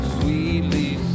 sweetly